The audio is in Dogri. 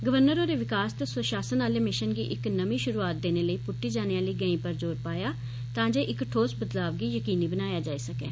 राज्यपाल होरें विकास ते स्वशासन आले मिशन गी इक नमीं शुरूआत देने लेई पुट्टी जाने आली गैंई पर जोर पाया तां जे इक ठोस बदलाव गी जकीनी बनाया जाई सकै